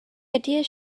ideas